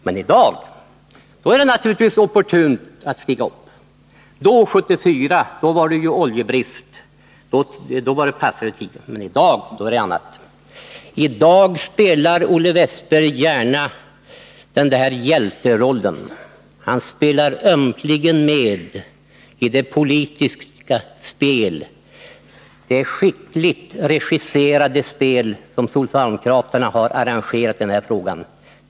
Men i dag är det naturligtvis opportunt att stiga upp i talarstolen. 1974 var det oljebrist, men i dag är det annat. I dag spelar Olle Wästberg gärna hjälterollen, han spelar ömkligen med i det politiska spelet, det skickligt regisserade spel som socialdemokraterna har arrangerat i den här frågan.